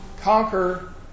conquer